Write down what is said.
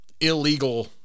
illegal